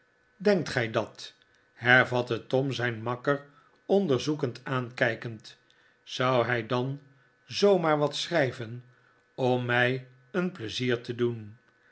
denkt gij dat hervatte tom zijn makker onderzoekend aankijkend zou hij dan zoo maar wat schrijven om mij een pieizier te doen